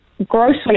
Grossly